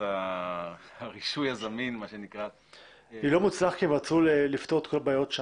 זה לא מוצלח כי הם רצו לפתור את כל הבעיות.